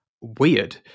weird